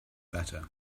better